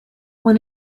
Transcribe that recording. when